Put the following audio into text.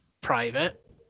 private